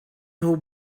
who